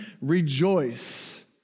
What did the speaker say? rejoice